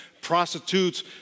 prostitutes